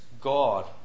God